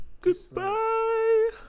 Goodbye